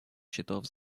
счетов